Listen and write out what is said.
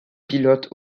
pilote